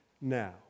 now